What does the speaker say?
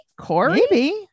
Corey